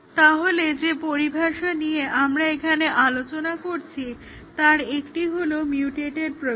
তাহলে যে পরিভাষা নিয়ে আমরা এখানে আলোচনা করছি তার একটি হলো মিউটেটেড প্রোগ্রাম